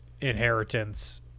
inheritance